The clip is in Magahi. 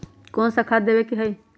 कोन सा खाद देवे के हई?